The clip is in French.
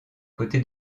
côté